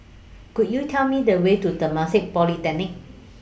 Could YOU Tell Me The Way to Temasek Polytechnic